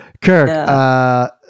Kirk